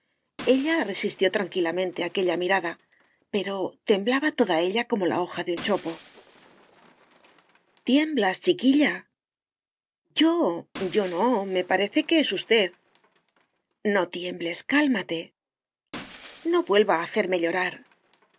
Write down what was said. ella resistió tranquilamente aquella mirada pero temblaba toda ella como la hoja de un chopo tiemblas chiquilla yo yo no me parece que es usted no tiembles cálmate no vuelva a hacerme llorar